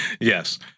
Yes